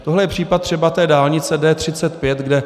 Tohle je případ třeba té dálnice D35, kde